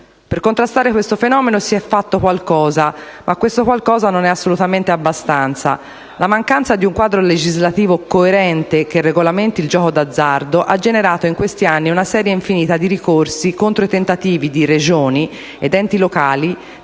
Per contrastare questo fenomeno si è fatto qualcosa, che però non è assolutamente abbastanza. La mancanza di un quadro legislativo coerente che regolamenti il gioco d'azzardo ha generato in questi anni una serie infinita di ricorsi contro i tentativi di Regioni ed enti locali